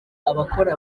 abakora